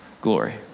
glory